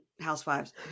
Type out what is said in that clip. Housewives